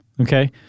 okay